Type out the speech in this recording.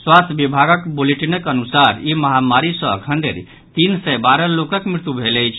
स्वास्थ्य विभागक बुलेटिनक अनुसार ई महामारी सँ अखन धरि तीन सय बारह लोकक मृत्यु भेल अछि